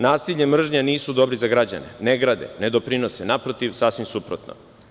Nasilje i mržnja nisu dobri za građane, ne grade, ne doprinose, naprotiv - sasvim suprotno.